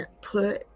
put